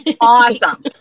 Awesome